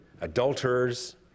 adulterers